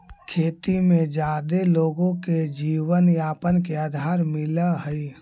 खेती में जादे लोगो के जीवनयापन के आधार मिलऽ हई